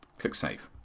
click save.